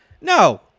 No